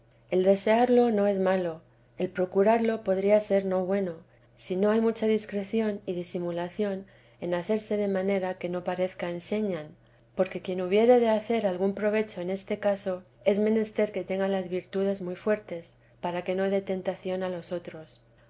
el desearlo no es malo el procurarlo podría ser no bueno si no hay mucha discreción y disimulación en hacerse de manera que no parezca enseñan porque quien hubiere de hacer algún provecho en este caso es menester que tenga las virtudes muy fuertes para que no dé tentación a los otros